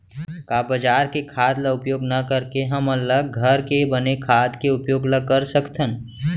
का बजार के खाद ला उपयोग न करके हमन ल घर के बने खाद के उपयोग ल कर सकथन?